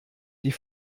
die